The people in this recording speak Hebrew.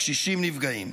הקשישים נפגעים,